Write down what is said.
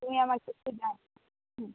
তুমি আমাকে একটু জানি হুম